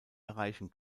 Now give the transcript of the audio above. erreichen